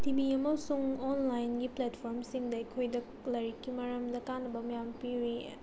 ꯇꯤꯃꯤ ꯑꯃꯁꯨꯡ ꯑꯣꯟꯂꯥꯏꯅꯒꯤ ꯄ꯭ꯂꯦꯠꯐꯣꯝꯁꯤꯡꯗ ꯑꯩꯈꯣꯏꯗ ꯂꯥꯏꯔꯤꯛꯀꯤ ꯃꯔꯝꯗ ꯀꯥꯟꯅꯕ ꯃꯌꯥꯝ ꯄꯤꯔꯤ